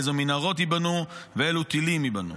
איזה מנהרות ייבנו ואלו טילים יבנו.